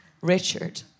Richard